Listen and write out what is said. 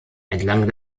entlang